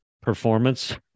performance